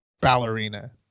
ballerina